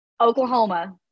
Oklahoma